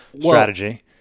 strategy